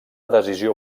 decisió